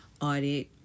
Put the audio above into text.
audit